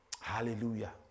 Hallelujah